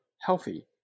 healthy